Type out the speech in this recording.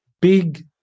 big